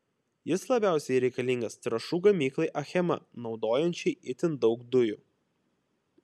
jis labiausiai reikalingas trąšų gamyklai achema naudojančiai itin daug dujų